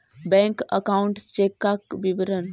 Bank account check का विवरण?